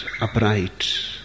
upright